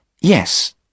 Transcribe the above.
Yes